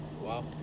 Wow